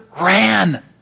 ran